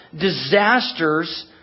disasters